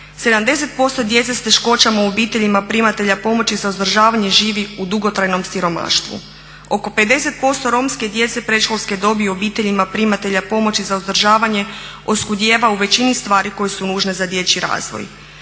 70% djece s teškoćama u obiteljima primatelja pomoći za uzdržavanje živi u dugotrajnom siromaštvu. Oko 50% Romske djece predškolske djece u obiteljima primatelja pomoći za uzdržavanje oskudijeva u većini stvari koje su nužne za dječji razvoj,